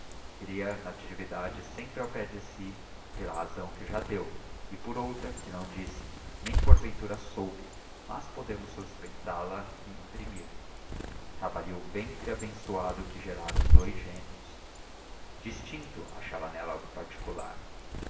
queria natividade sempre ao pé de si pela razão que já deu e por outra que não disse nem porventura soube mas podemos suspeitá la e imprimir estava ali o ventre abençoado que gerara os dous gêmeos de instinto achava nela algo particular